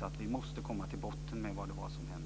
att vi måste komma till botten med vad som hände.